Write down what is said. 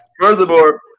Furthermore